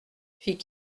fit